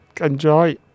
enjoy